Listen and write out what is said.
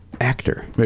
actor